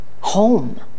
Home